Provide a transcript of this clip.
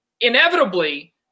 inevitably